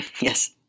Yes